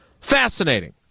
Fascinating